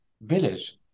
village